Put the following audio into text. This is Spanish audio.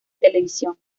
televisión